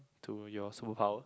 to your superpower